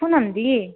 Poonam दी